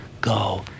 Go